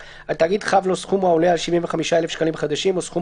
התאגיד חב לו סכום העולה על 75,000 שקלים חדשים או סכום